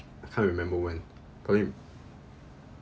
I can't remember when